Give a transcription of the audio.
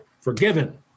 forgiven